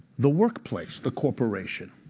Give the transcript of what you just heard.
the workplace, the corporation,